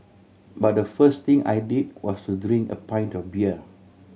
but the first thing I did was to drink a pint of beer